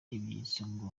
ibishyito